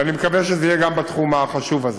ואני מקווה שזה יהיה גם בתחום החשוב הזה.